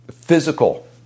physical